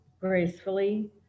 gracefully